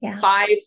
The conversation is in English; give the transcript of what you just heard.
five